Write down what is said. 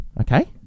okay